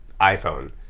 iphone